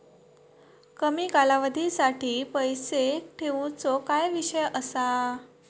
कमी कालावधीसाठी पैसे ठेऊचो काय विषय असा?